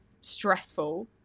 stressful